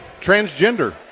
transgender